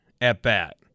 at-bat